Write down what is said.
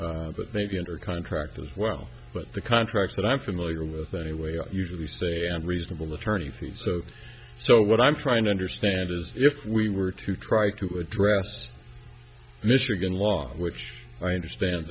shifting but maybe under contract as well but the contracts that i'm familiar with anyway i usually say i'm a reasonable attorney three so so what i'm trying to understand is if we were to try to address michigan law which i understand